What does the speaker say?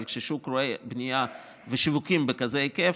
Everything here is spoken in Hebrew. אבל כששוק רואה בנייה ושיווקים בכזה היקף,